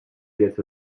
gets